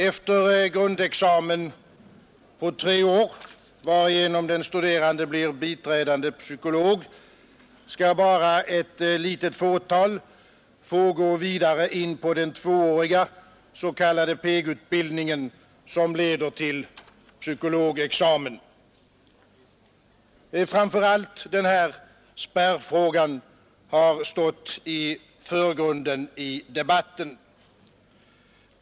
Efter grundexamen på tre år, varigenom den studerande blir biträdande psykolog, skall bara ett litet fåtal få gå vidare in på den tvååriga s.k. PEG-utbildningen, som leder till psykologexamen. Framför allt spärrfrågan har stått i förgrunden i debatten.